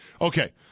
Okay